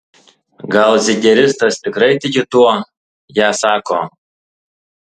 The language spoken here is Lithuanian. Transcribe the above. gal zigeristas tikrai tiki tuo ją sako